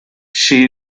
she